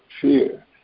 fear